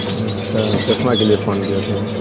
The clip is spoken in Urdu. اچھا چشمہ کے لیے فون کیے تھے